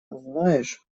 знаешь